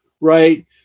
Right